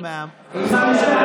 הבנתי, אבל